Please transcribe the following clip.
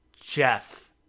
Jeff